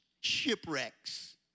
shipwrecks